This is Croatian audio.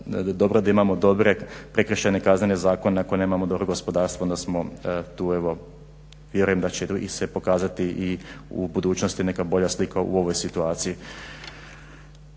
dobro da imamo dobre prekršajne kaznene zakon, ako nemamo dobro gospodarstvo onda smo tu evo, vjerujem da će se pokazati i u budućnosti neka bolja slika u ovoj situaciji.